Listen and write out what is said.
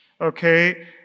okay